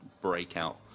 breakout